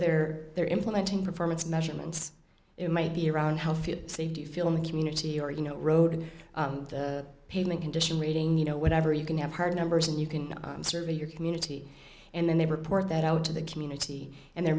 they're they're implementing performance measurements it might be around how few say do you feel in the community or you know road and pavement condition rating you know whatever you can have hard numbers and you can survey your community and then they report that out to the community and they're